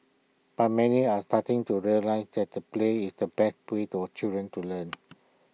but many are starting to realize that the play is the best way to our children to learn